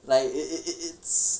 like it it it it's